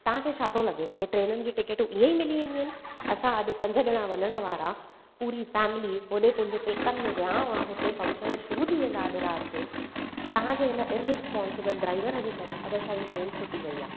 तव्हांखे छा थो लॻे हे ट्रेनुनि जी टिकटूं ईअं ई मिली वेंदियूं आहिनि असां अॼु पंज ॼणा वञण वारा पुरी फैमिली होॾे मुंजे पेकनि में विहांउ आहे हुते फंक्शन शुरु थी वेंदा अॾु राति जो तव्हांजे हिन इररिस्पोंसेब्ल ड्राइवर जे करे अॼु असांजी ट्रेन छुटी वई आहे